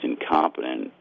incompetent